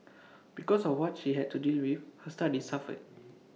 because of what she had to deal with her studies suffered